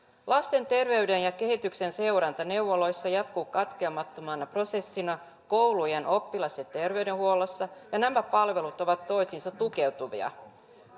lasten terveyden ja kehityksen seuranta neuvoloissa jatkuu katkeamattomana prosessina koulujen oppilas ja terveydenhuollossa ja nämä palvelut ovat toisiinsa tukeutuvia